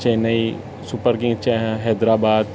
Chennai super king Hyderabad